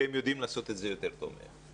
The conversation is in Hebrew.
שהם יודעים לעשות את זה יותר טוב מהם,